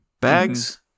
bags